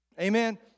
Amen